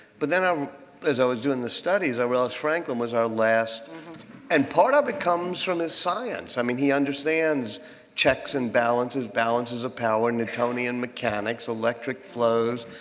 but then um as i was doing the studies, i realized franklin was our last and part of it comes from his science. i mean, he understands checks and balances, balances of power, newtonian mechanics, electric flows,